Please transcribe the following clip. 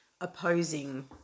opposing